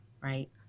right